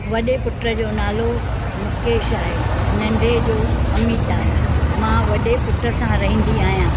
वॾे पुट जो नालो मुकेश आहे नंढे जो अमित आहे मां वॾे पुट सां रहिंदी आहियां